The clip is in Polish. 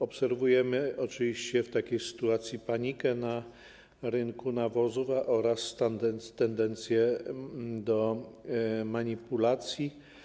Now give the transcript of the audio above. Obserwujemy oczywiście w takiej sytuacji panikę na rynku nawozów oraz tendencję do manipulacji.